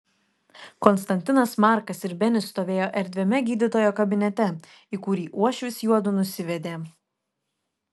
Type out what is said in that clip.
konstantinas markas ir benis stovėjo erdviame gydytojo kabinete į kurį uošvis juodu nusivedė